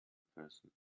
person